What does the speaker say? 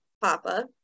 papa